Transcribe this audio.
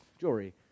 jewelry